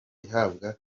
ihabwa